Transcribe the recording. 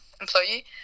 employee